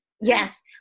yes